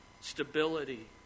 stability